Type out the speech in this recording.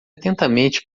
atentamente